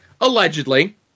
Allegedly